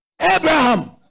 Abraham